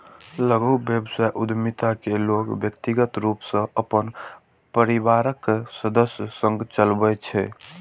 लघु व्यवसाय उद्यमिता कें लोग व्यक्तिगत रूप सं अपन परिवारक सदस्य संग चलबै छै